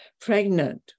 pregnant